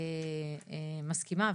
מסכימה,